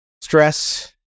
stress